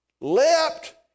leapt